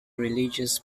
religious